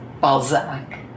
Balzac